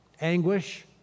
anguish